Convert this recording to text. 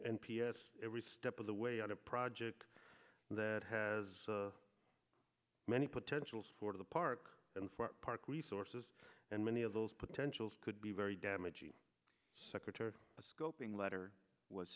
s every step of the way on a project that has many potentials for the park and park resources and many of those potentials could be very damaging secretary scoping letter was